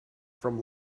from